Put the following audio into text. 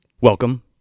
Welcome